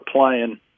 playing